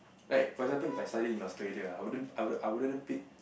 like for example If I study in Australia ah I wouldn't I wouldn't pick